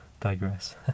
Digress